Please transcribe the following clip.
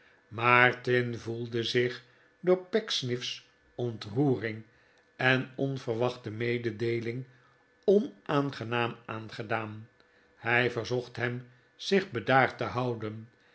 maarten voelde zich door pecksniff's ontroering en onverwachte mededeeling onaangenaam aangedaan hij verzocht hem zich bedaard te houden